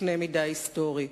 בקנה-מידה היסטורי.